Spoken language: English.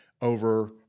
over